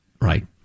Right